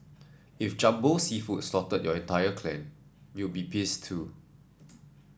if Jumbo Seafood slaughtered your entire clan you'd be pissed too